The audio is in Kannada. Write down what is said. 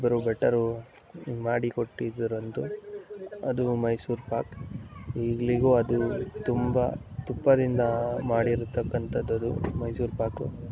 ಒಬ್ಬರು ಭಟ್ಟರು ಮಾಡಿ ಕೊಟ್ಟಿದ್ರಂದು ಅದು ಮೈಸೂರು ಪಾಕ್ ಈಗ್ಲಿಗೂ ಅದು ತುಂಬ ತುಪ್ಪದಿಂದ ಮಾಡಿರ್ತಕ್ಕಂಥದದು ಅದು ಮೈಸೂರು ಪಾಕು